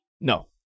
No